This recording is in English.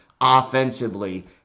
offensively